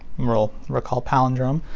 we'll recall palindrome.